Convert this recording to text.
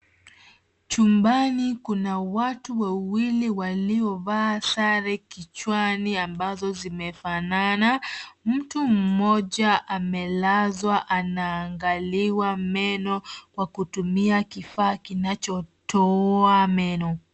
Chumbani kuna watu wawili waliovaa sare kichwani ambazo zimefanana. Mtu mmoja amelazwa anaangaliwa meno kwa kutumia kifaa kinachotoa meno.